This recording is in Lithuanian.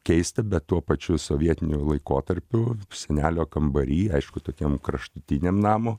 keista bet tuo pačiu sovietiniu laikotarpiu senelio kambary aišku tokiam kraštutiniam namo